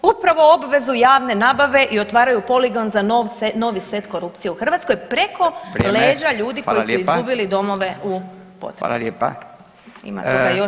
Upravo obvezu javne nabave i otvaraju poligon za novi set korupcije u Hrvatskoj preko leđa ljudi koji su [[Upadica Furio Radin: Vrijeme, hvala.]] izgubili domove u potresu.